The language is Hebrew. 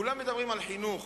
כולם מדברים על חינוך,